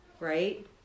right